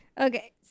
Okay